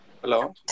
Hello